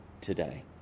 today